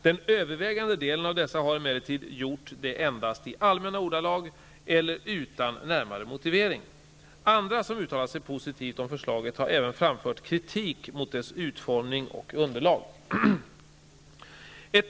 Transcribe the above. Den övervägande delen av dessa har emellertid gjort det endast i allmänna ordalag eller utan närmare motivering. Andra som uttalat sig positivt om förslaget har även framfört kritik mot dess utformning och underlag.